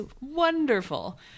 wonderful